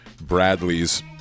Bradley's